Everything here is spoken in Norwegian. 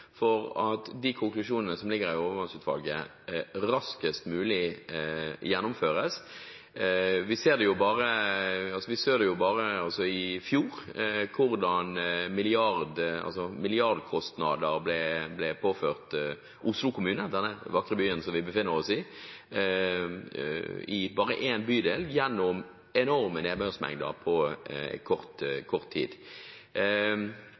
for at de konklusjonene som ligger her fra overvannsutvalget, raskest mulig gjennomføres. Vi så bare i fjor hvordan milliardkostnader ble påført Oslo kommune, i den vakre byen der vi befinner oss, i bare én bydel, gjennom enorme nedbørsmengder på kort